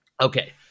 Okay